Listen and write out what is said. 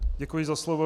Děkuji za slovo.